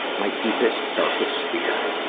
my deepest, darkest fear.